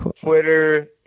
Twitter